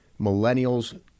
millennials